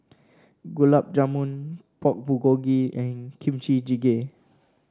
Gulab Jamun Pork Bulgogi and Kimchi Jjigae